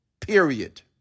period